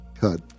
cut